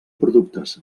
productes